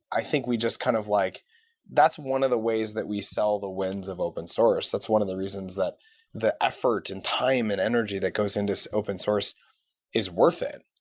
i think we just kind of like that's one of the ways that we sell the winds of open-source. that's one of the reasons that the effort, and time, and energy that goes into so open-source is worth it.